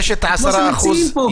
כמו שמציעים פה,